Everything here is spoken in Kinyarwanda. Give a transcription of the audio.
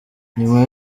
nyuma